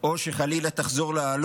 או שחלילה תחזור לעלות,